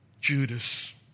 Judas